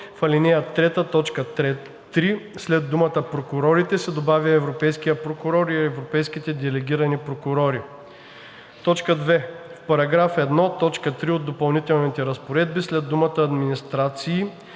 в ал. 3, т. 3 след думата „прокурорите“ се добавя „европейския прокурор и европейските делегирани прокурори“. 2. В § 1, т. 3 от допълнителните разпоредби след думата „администрации“